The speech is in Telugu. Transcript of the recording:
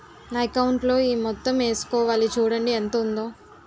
నా అకౌంటులో ఈ మొత్తం ఏసుకోవాలి చూడండి ఎంత ఉందో